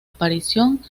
aparición